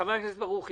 חבר הכנסת ברוכי,